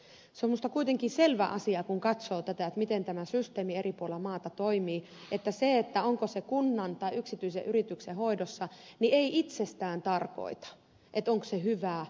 se on minusta kuitenkin selvä asia kun katsoo miten tämä systeemi eri puolilla maata toimii että se onko se kunnan vai yksityisen yrityksen hoidossa ei itsessään tarkoita sitä onko se hyvää vai huonoa